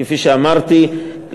כפי שאמרתי,